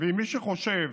מי שחושב